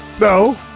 No